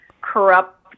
corrupt